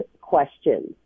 questions